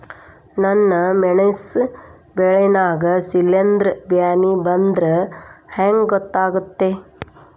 ನನ್ ಮೆಣಸ್ ಬೆಳಿ ನಾಗ ಶಿಲೇಂಧ್ರ ಬ್ಯಾನಿ ಬಂದ್ರ ಹೆಂಗ್ ಗೋತಾಗ್ತೆತಿ?